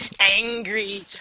Angry